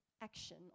action